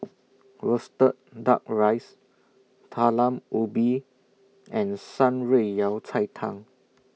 Roasted Duck Rice Talam Ubi and Shan Rui Yao Cai Tang